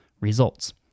results